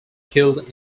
killed